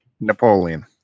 Napoleon